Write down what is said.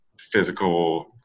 physical